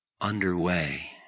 underway